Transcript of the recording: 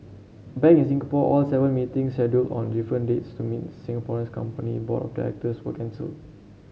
back in Singapore all seven meetings scheduled on different dates to meet Singapore's company board of directors were cancelled